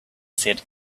said